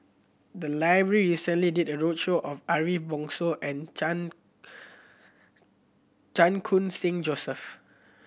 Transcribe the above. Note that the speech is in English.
the library recently did a roadshow on Ariff Bongso and Chan Chan Khun Sing Joseph